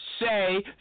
say